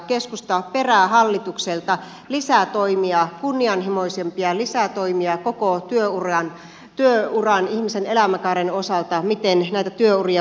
keskusta perää hallitukselta lisää toimia kunnianhimoisempia lisätoimia koko työuran ihmisen elämänkaaren osalta miten näitä työuria voitaisiin kasvattaa